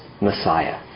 messiah